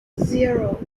zero